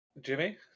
Jimmy